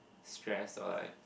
stress or like